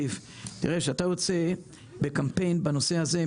כשאתה יוצא בקמפיין בנושא הזה,